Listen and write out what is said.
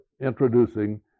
introducing